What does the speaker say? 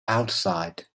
outside